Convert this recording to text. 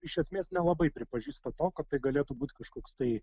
iš esmės nelabai pripažįsta to kad tai galėtų būti kažkoks tai